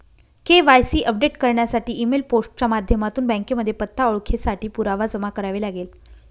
KYC update करण्यासाठी email, post च्या माध्यमातून बँकेमध्ये पत्ता, ओळखेसाठी पुरावा जमा करावे लागेल